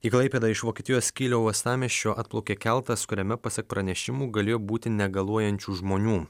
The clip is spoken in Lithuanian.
į klaipėdą iš vokietijos kylio uostamiesčio atplaukė keltas kuriame pasak pranešimų galėjo būti negaluojančių žmonių